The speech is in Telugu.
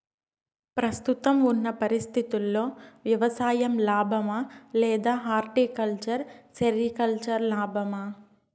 ప్రస్తుతం ఉన్న పరిస్థితుల్లో వ్యవసాయం లాభమా? లేదా హార్టికల్చర్, సెరికల్చర్ లాభమా?